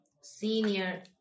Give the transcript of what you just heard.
senior